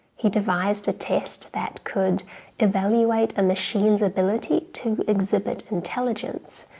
he devised a test that could evaluate a machine's ability to exhibit intelligence.